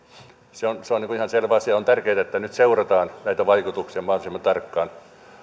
se on se on ihan selvä asia on tärkeää että nyt seurataan näitä vaikutuksia mahdollisimman tarkkaan